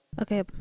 okay